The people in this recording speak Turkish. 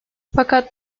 fakat